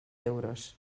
euros